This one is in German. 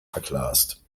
verglast